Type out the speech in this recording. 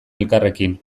elkarrekin